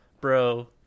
Bro